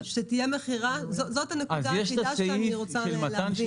זאת הנקודה היחידה שאני רוצה להבין.